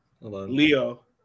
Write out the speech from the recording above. Leo